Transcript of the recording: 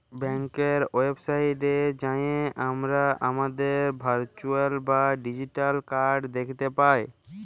ব্যাংকের ওয়েবসাইটে যাঁয়ে আমরা আমাদের ভারচুয়াল বা ডিজিটাল কাড় দ্যাখতে পায়